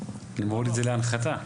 אני מוריד את זה להנחתה.